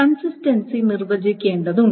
consistency നിർവ്വചിക്കേണ്ടതുണ്ട്